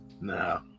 No